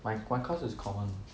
my my course is common